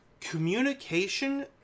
communication